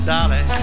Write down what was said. Dolly